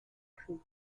creed